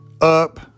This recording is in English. up